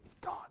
God